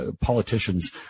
politicians